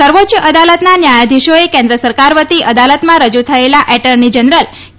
સર્વોચ્ય અદાલતના ન્યાયાધીશોએ કેન્દ્ર સરકાર વતી અદાલતમાં રજૂ થયેલા એટર્ની જનરલ કે